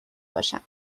باشم